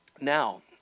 Now